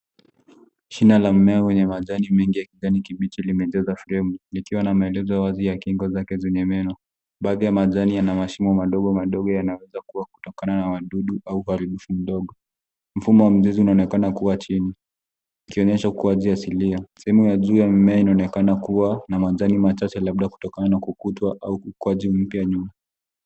Shina la mmea wenye majani mengi ya kijani kibichi limejaza fremu, likiwa na maelezo wazi ya kingo zake zenye meno. Baadhi ya majani yana mashimo madogo yanaweza kuwa kutokana na wadudu au barafu ndogo. Mfumo wa mzizi unaonekana kuwa chini, ikionyesha ukuaji wa asilia. Sehemu ya juu ya mimea inaonekana kuwa na majani machache, labda kutokana na kukuta au ukuaji mpya juu.